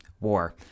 war